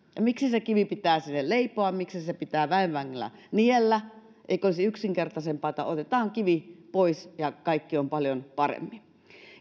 miksi se kivi pitää sinne leipoa miksi se pitää väen vängällä niellä eikö olisi yksinkertaisempaa että otetaan kivi pois ja kaikki on paljon paremmin